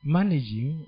Managing